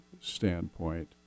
standpoint